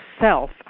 self